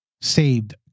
saved